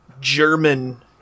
German